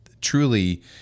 truly